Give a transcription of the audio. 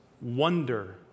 wonder